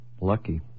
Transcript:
Lucky